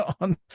on